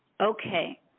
Okay